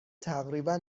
تقریبا